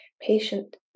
patient